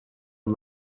und